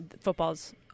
football's